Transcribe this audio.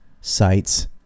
sites